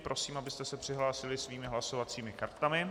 Prosím, abyste se přihlásili svými hlasovacími kartami.